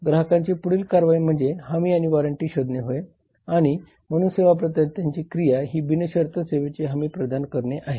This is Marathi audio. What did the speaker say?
ग्राहकांची पुढील कारवाई म्हणजे हमी आणि वॉरंटी शोधणे होय आणि म्हणून सेवा प्रदात्यांची क्रिया ही बिनशर्त सेवेची हमी प्रदान करणे आहे